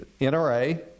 NRA